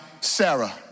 Sarah